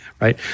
right